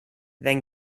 then